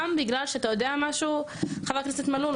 גם בגלל, אתה יודע משהו, חבר הכנסת מלול?